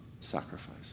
sacrifice